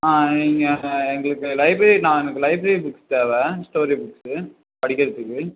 ஆ நீங்கள் எங்களுக்கு லைப்ரரி நான் எனக்கு லைப்ரரி புக்ஸ் தேவை ஸ்டோரி புக்ஸு படிக்கிறதுக்கு